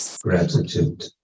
gratitude